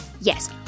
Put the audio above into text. Yes